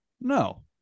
No